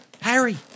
Harry